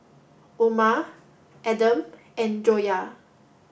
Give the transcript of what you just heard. Omar Adam and Joyah